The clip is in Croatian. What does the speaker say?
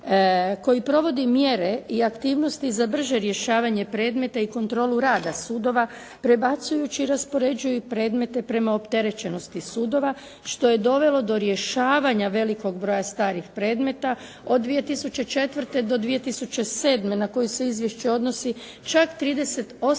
koji provodi mjere i aktivnosti za brže rješavanje predmeta i kontrolu rada sudova prebacujući i raspoređuju predmete prema opterećenosti sudova što je dovelo do rješavanja velikog broja starih predmeta od 2004. do 2007. na koju se izvješće odnosi čak 38,7%